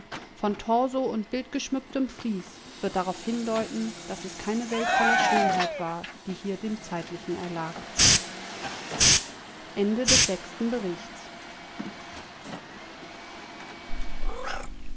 von torso und bildgeschmücktem fries wird daraufhindeuten daß es keine welt voll schönheit war die hier dem zeitlichen erlag